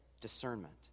discernment